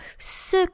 ce